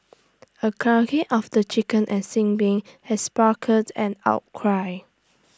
the culling of the chicken at sin Ming has sparked an outcry